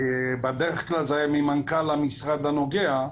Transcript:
בדרך כלל זה היה ממנכ"ל המשרד הנוגע,